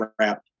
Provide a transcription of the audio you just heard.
wrap